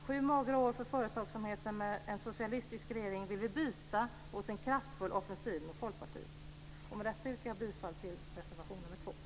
Sju magra år för företagsamheten med socialistisk regering vill vi byta mot en kraftfull offensiv med Folkpartiet. Med detta yrkar jag bifall till reservation nr 2.